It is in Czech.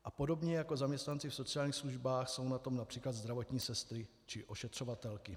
A podobně jako zaměstnanci v sociálních službách jsou na tom například zdravotní sestry či ošetřovatelky.